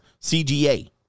CGA